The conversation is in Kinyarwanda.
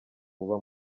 uba